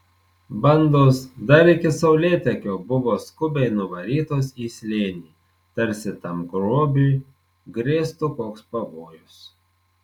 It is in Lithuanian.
bandos dar iki saulėtekio buvo skubiai nuvarytos į slėnį tarsi tam grobiui grėstų koks pavojus